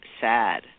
SAD